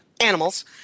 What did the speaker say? animals